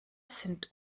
sind